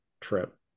trip